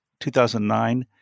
2009